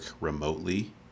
remotely